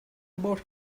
about